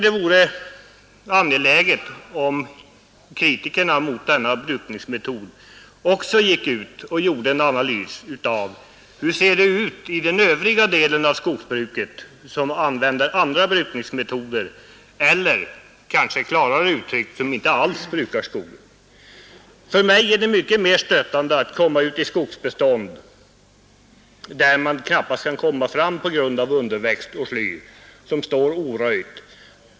Det vore angeläget om kritikerna mot den också gjorde en analys av hur det ser ut i den del av skogsbruket där man använder andra brukningsmetoder eller kanske — klarare uttryckt — inte alls brukar skogen. För mig är det mycket mera stötande med skogsbestånd där man knappast kan komma fram på grund av underväxt och sly som står oröjt.